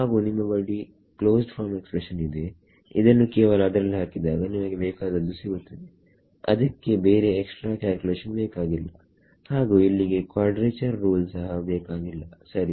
ಹಾಗು ನಿಮ್ಮ ಬಳಿ ಕ್ಲೋಸ್ಡ್ ಫಾರ್ಮ್ ಎಕ್ಸ್ಪ್ರೆಷನ್ ಇದೆ ಇದನ್ನು ಕೇವಲ ಅದರಲ್ಲಿ ಹಾಕಿದಾಗ ನಿಮಗೆ ಬೇಕಾದದ್ದು ಸಿಗುತ್ತದೆಅದಕ್ಕೆ ಬೇರೆ ಎಕ್ಸ್ ಟ್ರಾ ಕ್ಯಾಲ್ಕುಲೇಷನ್ ಬೇಕಾಗಿಲ್ಲ ಹಾಗು ಇಲ್ಲಿಗೆ ಕ್ವಾಡ್ರೇಚರ್ ರೂಲ್ ಸಹ ಬೇಕಾಗಿಲ್ಲ ಸರಿ